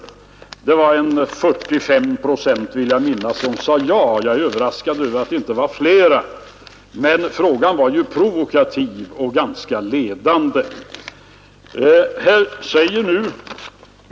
Det var 45 procent vill jag minnas som sade ja. Jag är överraskad över att det inte var flera, då frågan var både provokativ och ganska ledande.